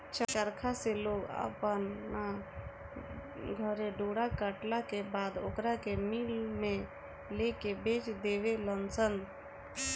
चरखा से लोग अपना घरे डोरा कटला के बाद ओकरा के मिल में लेके बेच देवे लनसन